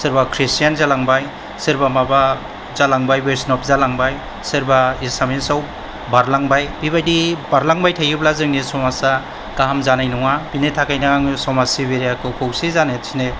सोरबा क्रिस्टियान जालांबाय सोरबा माबा वैशनब जालांबाय सोरबा एसामिसाव बारलांबाय बे बायदि बारलांबाय थायोब्ला जोंनि समाजा गाहाम जानाय नङा बिनि थाखायनो आङो समाज सिबियारिखौ खौसे जानो थिनो